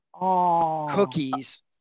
cookies